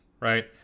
right